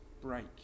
break